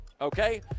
Okay